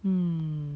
mm